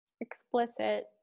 Explicit